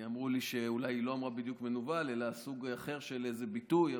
אמרו לי שאולי היא לא אמרה בדיוק מנוול אלא סוג אחר של איזה ביטוי,